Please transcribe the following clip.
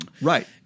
Right